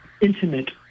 intimate